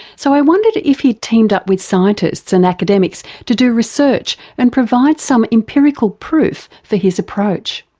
so i wondered if he'd teamed up with scientists and academics to do research and provide some empirical proof for his approach.